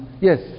yes